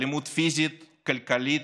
אלימות פיזית, כלכלית,